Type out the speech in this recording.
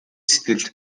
сэтгэл